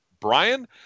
Brian